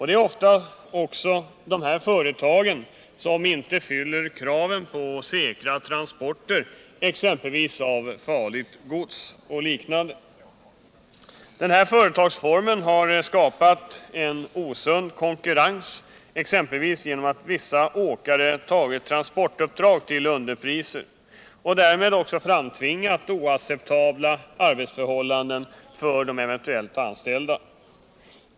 Det är ofta också dessa företag som inte fyller kraven på säkra transporter, exempelvis av farligt gods och liknande. Denna företagsform har skapat en osund konkurrens, exempelvis genom att vissa åkare har tagit transportuppdrag till underpriser och därmed framtvingat oacceptabla arbetsförhållanden för eventuellt anställda.